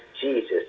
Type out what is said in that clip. Jesus